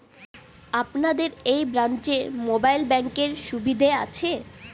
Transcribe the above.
আপনাদের এই ব্রাঞ্চে মোবাইল ব্যাংকের সুবিধে আছে?